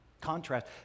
contrast